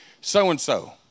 so-and-so